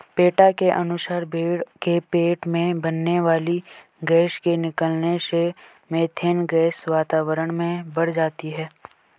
PETA के अनुसार भेंड़ के पेट में बनने वाली गैस के निकलने से मिथेन गैस वातावरण में बढ़ जाती है